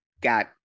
got